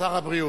שר הבריאות.